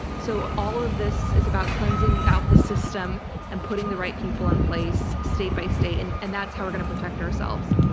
so all of this is about cleansing out the system and putting the right people in place state by state, and and that's how we're gonna protect ourselves.